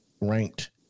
ranked